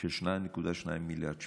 של 2.2 מיליארד שקלים.